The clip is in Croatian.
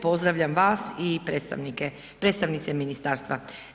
Pozdravljam vas i predstavnice ministarstva.